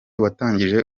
watangije